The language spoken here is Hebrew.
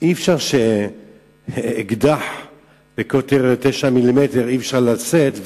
לא ייתכן שאקדח בקוטר 9 מילימטר אי-אפשר לשאת,